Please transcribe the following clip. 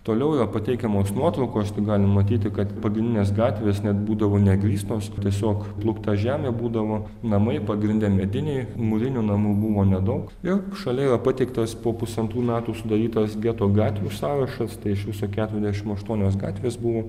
toliau yra pateikiamos nuotraukos tai galim matyti kad pagrindinės gatvės net būdavo negrįstos tiesiog plūkta žemė būdavo namai pagrinde mediniai mūrinių namų buvo nedaug ir šalia yra pateiktas po pusantrų metų sudarytas geto gatvių sąrašas tai iš viso keturiasdešim aštuonios gatvės buvo